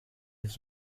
his